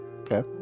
okay